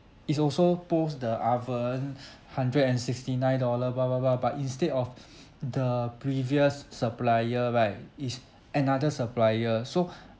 it's also post the oven hundred and sixty nine dollar blah blah blah but instead of the previous supplier right it's another supplier so